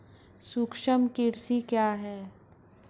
सूक्ष्म कृषि क्या है?